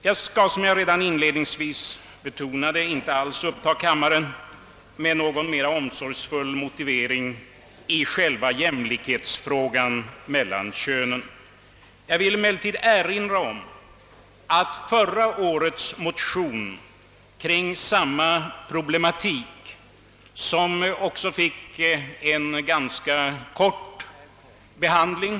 Jag skall, som jag redan inledningsvis betonade, inte upptaga kammarens tid med någon mera omsorgsfull behandling av själva frågan om jämlikhet mellan könen. Jag vill emellertid erinra om förra årets motion kring samma problematik som också fick en ganska kort behandling.